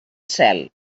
cel